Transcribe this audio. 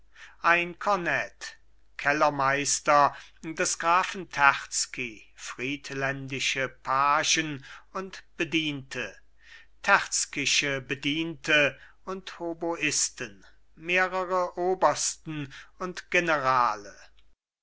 ein kornett kellermeister des grafen terzky friedländische pagen und bediente terzkysche bediente und hoboisten mehrere obersten und generale